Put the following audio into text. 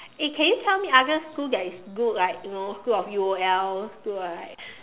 eh can you tell me other school that is good like you know school of U_O_L school of